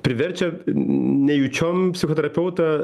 priverčia nejučiom psichoterapeutą